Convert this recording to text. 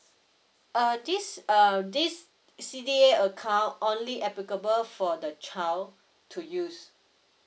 uh this uh this C_D_A account only applicable for the child to use